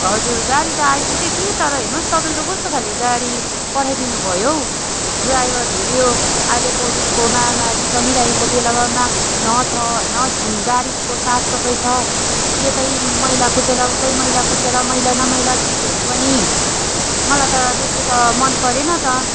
हजुर गाडी त आइपुग्यो कि तर हेर्नुहोस् तपाईँले त कस्तो खाले गाडी पठाइदिनु भयो हो ड्राइभर हेर्यो अहिलेको कोभिडको महामारी चलिरहेको बेलामा मास्क न छ न स गाडीको साफसफाइ छ यतै मैला कोचेला उतै मैला कोचरा मैला न मैला सिटहरू पनि मलाई त त्यस्तो त मन परेन त